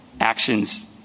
actions